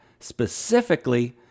specifically